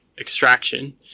extraction